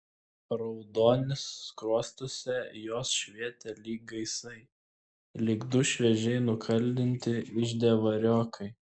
raudonis skruostuose jos švietė lyg gaisai lyg du šviežiai nukaldinti ižde variokai